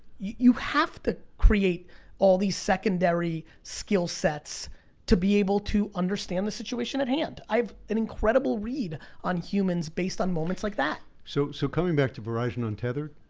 you have to create all these secondary skill sets to be able to understand the situation at hand. i've an incredible read on humans, based on moments like that. so so coming back to verizon untethered,